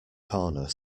corner